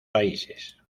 países